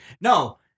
No